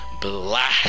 black